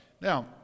now